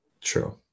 True